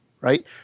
right